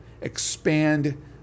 expand